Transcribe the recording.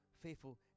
faithful